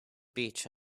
beach